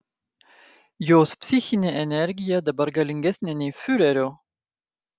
jos psichinė energija dabar galingesnė nei fiurerio